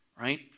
right